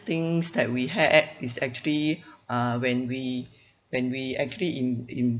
things that we had is actually uh when we when we actually in in